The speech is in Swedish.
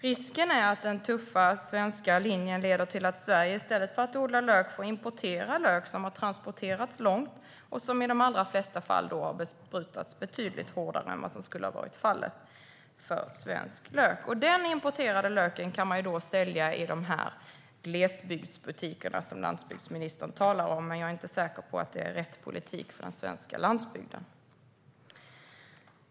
Risken är att den tuffa svenska linjen leder till att Sverige i stället för att odla lök får importera lök som har transporterats långt och som i de allra flesta fall har besprutats betydligt hårdare än vad som skulle ha varit fallet för svensk lök. Den importerade löken kan man då sälja i de här glesbygdsbutikerna som landsbygdsministern talar om, men jag är inte säker på att det är rätt politik för den svenska landsbygden.